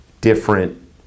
different